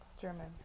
German